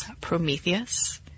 Prometheus